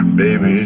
baby